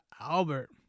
Albert